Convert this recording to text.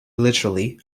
literally